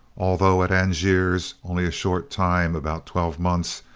although at angers only a short time, about twelve months,